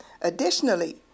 Additionally